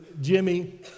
Jimmy